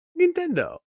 nintendo